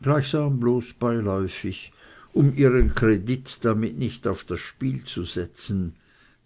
bloß beiläufig um ihren kredit damit nicht auf das spiel zu setzen